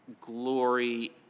glory